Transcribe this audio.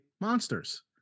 monsters